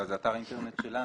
זה אתר האינטרנט שלנו,